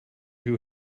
who